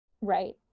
Right